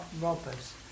robbers